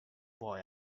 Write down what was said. boy